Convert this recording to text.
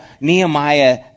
Nehemiah